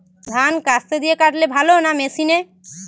ধান কাস্তে দিয়ে কাটলে ভালো না মেশিনে?